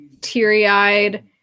teary-eyed